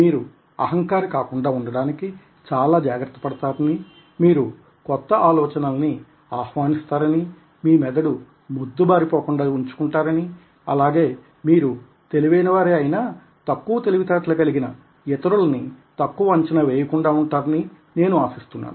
మీరు అహంకారి కాకుండా ఉండడానికి చాలా జాగ్రత్త పడతారని మీరు కొత్త ఆలోచనల్ని ఆహ్వానిస్తారని మీ మెదడు మొద్దు బారి పోకుండా ఉంచుకుంటారని అలాగే మీరు మీరు తెలివైన వారే అయినా తక్కువ తెలివి తేటలు కలిగిన ఇతరులని తక్కువ అంచనా వేయకుండా ఉంటారని నేను ఆశిస్తున్నాను